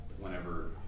whenever